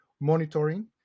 monitoring